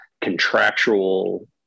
contractual